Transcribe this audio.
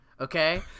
Okay